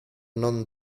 non